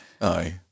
Aye